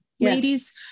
ladies